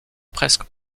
presque